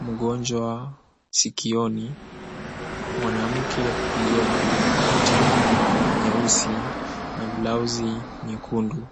mgonjwa sikioni. Mwanamke aliyevalia koti nyeusi na blauzi nyekundu.